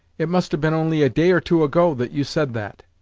it must have been only a day or two ago that you said that.